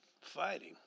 fighting